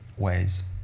ways,